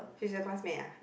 she's your classmate lah